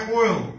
oil